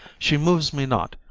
she moves me not,